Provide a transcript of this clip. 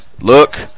Look